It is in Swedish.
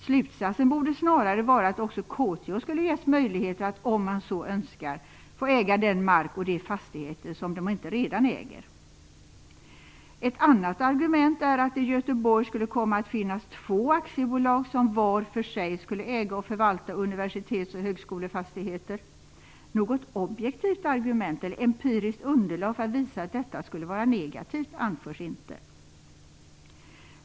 Slutsatsen borde snarare vara att också KTH skulle ges möjligheter att, om man så önskar, få äga den mark och de fastigheter som man inte redan äger. Ett annat argument är att det i Göteborg skulle komma att finnas två aktiebolag som var för sig skulle äga och förvalta universitets och högskolefastigheter. Något objektivt argument eller empiriskt underlag för att visa att detta skulle vara negativt anförs inte.